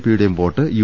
പിയുടെയും vote U